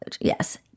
yes